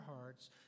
hearts